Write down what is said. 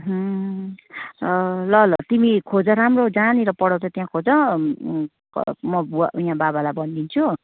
ल ल तिमी खोज राम्रो जहाँनेर पढाउँछ त्यहाँ खोज म बुवा यहाँ बाबालाई भनिदिन्छु